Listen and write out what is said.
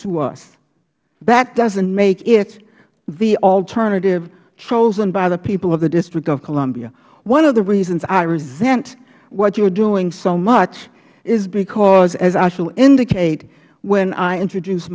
to us that doesn't make it the alternative chosen by the people of the district of columbia one of the reasons i resent what you are doing so much is because as i shall indicate when i introduce